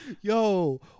Yo